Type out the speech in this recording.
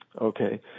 Okay